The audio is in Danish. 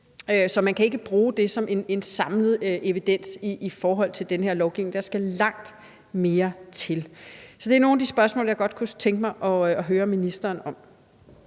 så man kan ikke bruge det som en samlet evidens i forhold til den her lovgivning. Der skal langt mere til. Så det er nogle af de spørgsmål, jeg godt kunne tænke mig at høre ministeren om.